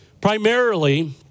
Primarily